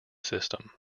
system